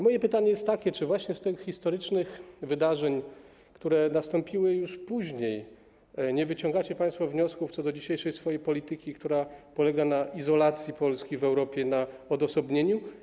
Moje pytanie jest takie: Czy właśnie z tych historycznych wydarzeń, które nastąpiły już później, nie wyciągacie państwo wniosków co do swojej dzisiejszej polityki, która polega na izolacji Polski w Europie, na odosobnieniu?